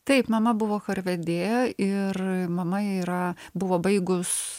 taip mama buvo chorvedė ir mama yra buvo baigus